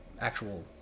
actual